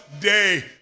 day